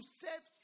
save